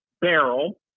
barrel